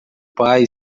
pai